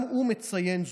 גם הוא מציין זאת,